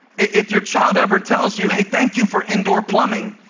if your child ever tells you, hey, thank you for indoor plumbing,